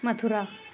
Mathura